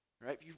right